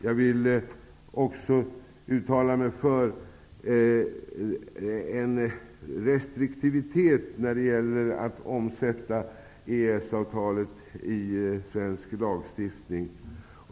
Jag vill också uttala mig för en restriktivitet när det gäller att omsätta EES-avtalet i svensk lagstiftning.